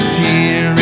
tear